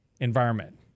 environment